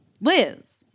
Liz